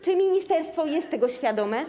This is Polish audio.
Czy ministerstwo jest tego świadome?